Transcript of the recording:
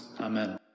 Amen